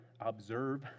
observe